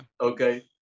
Okay